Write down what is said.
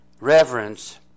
Reverence